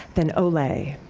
then ole!